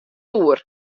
oer